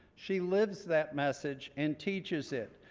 she lives that message and teaches it.